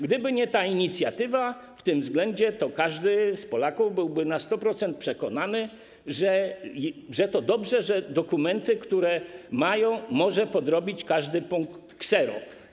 Gdyby nie ta inicjatywa w tym względzie, to każdy z Polaków byłby na 100% przekonany, że to dobrze, że dokumenty, które ma, może podrobić każdy punkt ksero.